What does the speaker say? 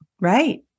right